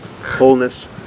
wholeness